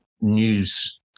news